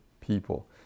people